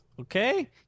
Okay